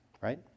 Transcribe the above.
Right